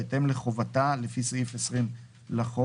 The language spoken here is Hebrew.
בהתאם לחובתה לפי סעיף 20 לחוק,